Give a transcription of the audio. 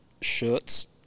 shirts